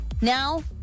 Now